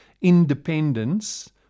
independence